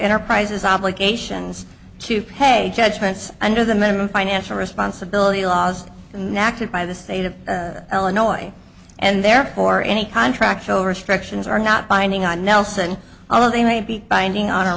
enterprises obligations to pay judgments under the minimum financial responsibility laws inactive by the state of illinois and therefore any contract show restrictions are not binding on nelson although they may be binding on